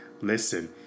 Listen